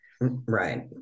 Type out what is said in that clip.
Right